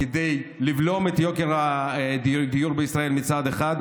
כדי לבלום את יוקר הדיור בישראל מצד אחד,